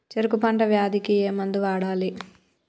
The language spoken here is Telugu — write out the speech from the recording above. చెరుకు పంట వ్యాధి కి ఏ మందు వాడాలి?